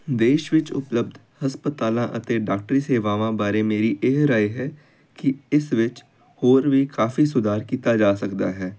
ਦੇਸ਼ ਵਿੱਚ ਉਪਲਬਧ ਹਸਪਤਾਲਾਂ ਅਤੇ ਡਾਕਟਰੀ ਸੇਵਾਵਾਂ ਬਾਰੇ ਮੇਰੀ ਇਹ ਰਾਏ ਹੈ ਕਿ ਇਸ ਵਿੱਚ ਹੋਰ ਵੀ ਕਾਫੀ ਸੁਧਾਰ ਕੀਤਾ ਜਾ ਸਕਦਾ ਹੈ